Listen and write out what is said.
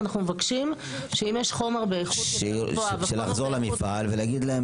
זה לחזור למפעל ולומר להם